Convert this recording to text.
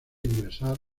ingresar